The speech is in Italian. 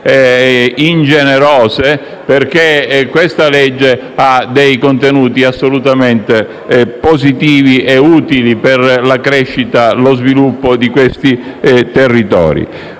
ingenerose, perché il provvedimento ha contenuti assolutamente positivi e utili per la crescita e lo sviluppo di questi territori.